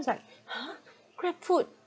I was like !huh! Grabfood